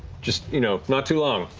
just, you know, not too long.